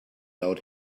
out